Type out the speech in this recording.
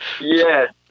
Yes